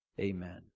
amen